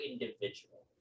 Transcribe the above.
individual